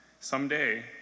Someday